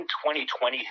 2020